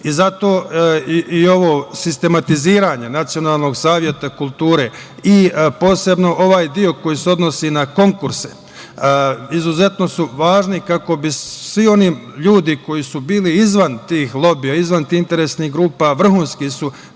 biti. Zato i ovo sistematiziranje Nacionalnog saveta kulture i posebno ovaj deo koji se odnosi na konkurse izuzetno su važni, kako bi svi oni ljudi koji su bili izvan tih lobija, izvan tih interesnih grupa vrhunski su